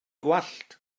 gwallt